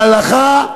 ההלכה,